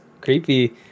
creepy